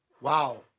Wow